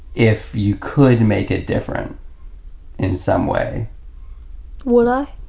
if you could make it different in some way would i?